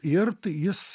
ir tai jis